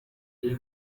iri